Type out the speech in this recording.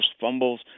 fumbles